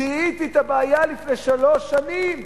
זיהיתי את הבעיה לפני שלוש שנים.